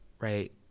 right